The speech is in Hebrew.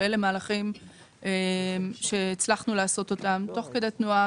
שאלה מהלכים שהצלחנו לעשות תוך כדי תנועה,